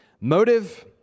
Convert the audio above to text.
motive